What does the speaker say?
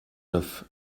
neuf